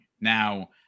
Now